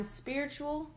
spiritual